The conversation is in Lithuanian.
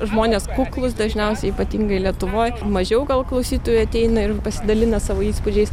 žmonės kuklūs dažniausiai ypatingai lietuvoj mažiau gal klausytojų ateina ir pasidalina savo įspūdžiais